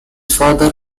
father